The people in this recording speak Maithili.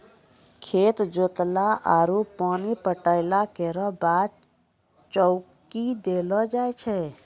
खेत जोतला आरु पानी पटैला केरो बाद चौकी देलो जाय छै?